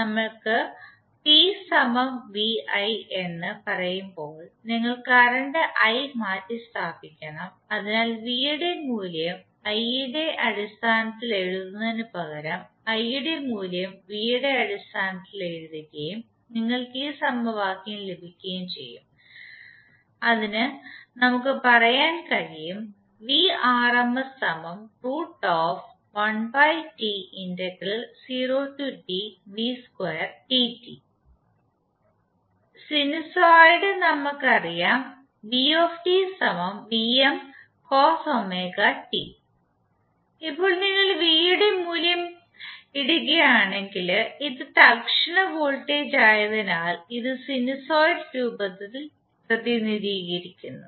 നമ്മൾ എന്ന് പറയുമ്പോൾ നിങ്ങൾ കറന്റ് i മാറ്റിസ്ഥാപിക്കണം അതിനാൽ v ന്റെ മൂല്യം i യുടെ അടിസ്ഥാനത്തിൽ എഴുതുന്നതിനുപകരം i യുടെ മൂല്യം v ന്റെ അടിസ്ഥാനത്തിൽ എഴുതുകയും നിങ്ങൾക്ക് ഈ സമവാക്യം ലഭിക്കുകയും ചെയ്യും അതിനാൽ നമ്മുക് പറയാൻ കഴിയും സിനുസോയിഡ് നമുക്കറിയാം ഇപ്പോൾ നിങ്ങൾ v യുടെ ഈ മൂല്യം ഇടുകയാണെങ്കിൽ ഇത് തൽക്ഷണ വോൾട്ടേജായതിനാൽ ഇത് സിനുസോയിഡ് രൂപത്തിൽ പ്രതിനിധീകരിക്കുന്നു